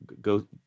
go